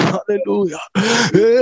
Hallelujah